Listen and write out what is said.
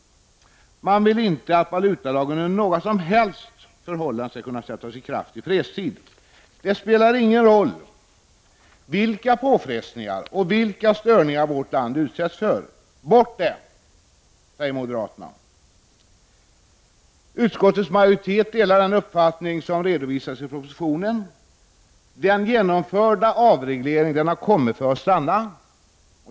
Man vill inte att valutalagen under några som helst förhållanden skall kunna sättas i kraft i fredstid. Det spelar ingen roll vilka påfrestningar eller störningar som vårt land utsätts för. Bort med den! säger moderaterna. Utskottets majoritet delar den uppfattning som redovisas i propositionen. Avregleringen har så att säga kommit för att stanna.